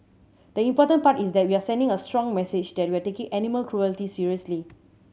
the important part is that we are sending a strong message that we are taking animal cruelty seriously